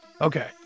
Okay